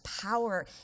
power